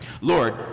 Lord